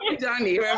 Johnny